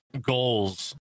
goals